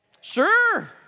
Sure